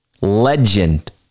Legend